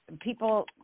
people